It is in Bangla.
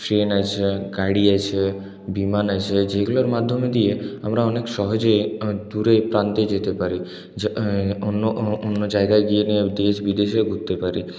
ট্রেন আছে গাড়ি আছে বিমান আছে যেগুলোর মাধ্যম দিয়ে আমরা অনেক সহজে অনেক দূরের প্রান্তে যেতে পারি যে অন্য জায়গায় গিয়ে নিয়ে দেশ বিদেশেও ঘুরতে পারি